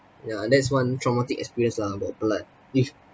ya that's one traumatic experience lah about blood if